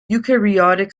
eukaryotic